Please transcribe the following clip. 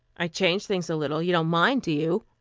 i changed things a little. you don't mind, do you?